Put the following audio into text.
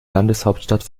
landeshauptstadt